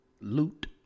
loot